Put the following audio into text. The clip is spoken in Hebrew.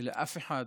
שאף אחד